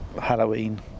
Halloween